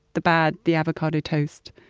the bad, the avocado toast